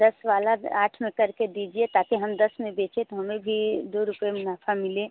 दस वाला आठ में करके दीजिए ताकि हम दस में बेचें तो हमें भी दो रुपए मुनाफा मिले